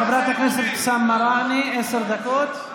חברת הכנסת אבתיסאם מראענה, עשר דקות.